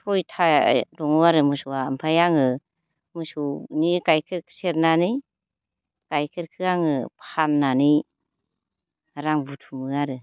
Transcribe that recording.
सयथा दङो आरो मोसौआ ओमफाय आङो मोसौनि गायखेर सेरनानै गायखेरखो आङो फाननानै रां बुथुमो आरो